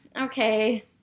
okay